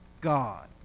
God